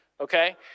okay